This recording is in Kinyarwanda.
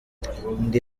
ndi